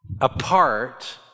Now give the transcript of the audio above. apart